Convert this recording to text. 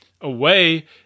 away